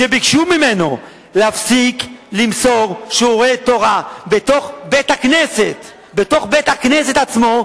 שביקשו ממנו להפסיק למסור שיעורי תורה בתוך בית-הכנסת עצמו,